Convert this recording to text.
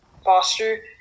Foster